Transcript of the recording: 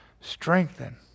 Strengthen